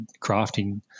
crafting